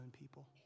people